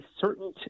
certain